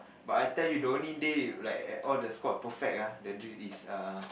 but I tell you the only day like all the score perfect ah the drill is err